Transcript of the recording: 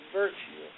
virtue